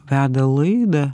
veda laidą